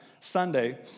Sunday